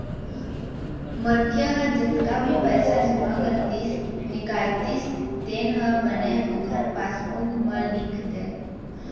मनखे ह जतका भी पइसा जमा करतिस, निकालतिस तेन ह बने ओखर पासबूक म लिख दय